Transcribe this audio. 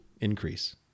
increase